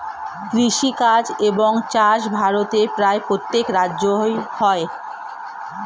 কৃষিকাজ এবং চাষ ভারতের প্রায় প্রত্যেক রাজ্যে হয়